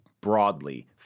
broadly